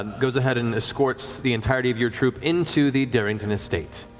goes ahead and escorts the entirety of your troupe into the darrington estate,